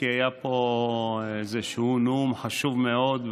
כי היה פה איזשהו נאום חשוב מאוד,